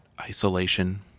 isolation